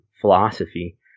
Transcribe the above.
philosophy